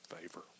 favor